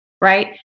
right